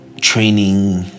training